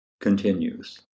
continues